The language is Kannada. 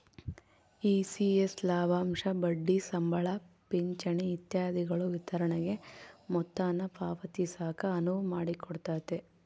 ಇ.ಸಿ.ಎಸ್ ಲಾಭಾಂಶ ಬಡ್ಡಿ ಸಂಬಳ ಪಿಂಚಣಿ ಇತ್ಯಾದಿಗುಳ ವಿತರಣೆಗೆ ಮೊತ್ತಾನ ಪಾವತಿಸಾಕ ಅನುವು ಮಾಡಿಕೊಡ್ತತೆ